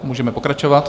Můžeme pokračovat.